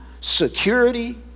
security